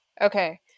okay